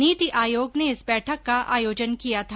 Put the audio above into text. नीति आयोग ने इस बैठक का आयोजन किया था